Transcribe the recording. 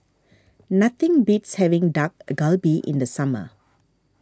nothing beats having Dak Galbi in the summer